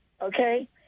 okay